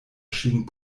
ŝin